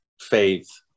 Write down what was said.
faith